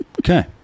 Okay